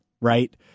right